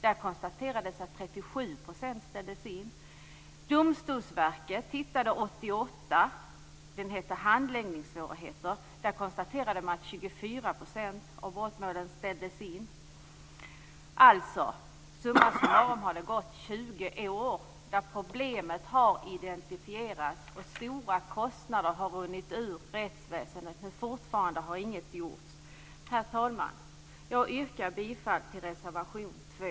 Där konstaterades att 37 % av brottmålen ställdes in. Domstolsverket gjorde 1988 en utredning som hette Handläggningssvårigheter. I den konstaterade man att 24 % av brottmålen ställdes in. Summa summarum har det alltså gått 20 år då problemet har identifierats, och stora pengar har runnit ur rättsväsendet, men fortfarande har inget gjorts. Herr talman! Jag yrkar bifall till reservation 2.